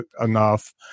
enough